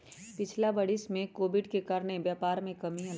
पिछिला वरिस में कोविड के कारणे व्यापार में कमी आयल हइ